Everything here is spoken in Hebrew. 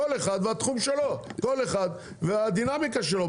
כל אחד והתחום שלו, כל אחד והדינמיקה שלו.